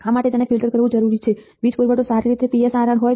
આ માટે તેને ફિલ્ટર કરવું જરૂરી છે વીજ પુરવઠો સારી રીતે PSRRહોય